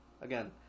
again